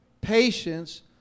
patience